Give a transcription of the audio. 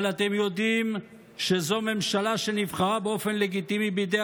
אבל אתם יודעים שזו ממשלה שנבחרה באופן לגיטימי בידי